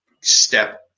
step